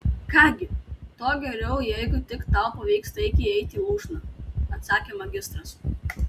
ką gi tuo geriau jeigu tik tau pavyks taikiai įeiti į lūšną atsakė magistras